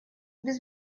без